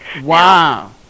Wow